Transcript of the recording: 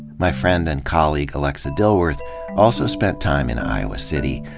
my friend and colleague alexa dilworth also spent time in iowa city,